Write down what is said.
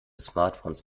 smartphones